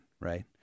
right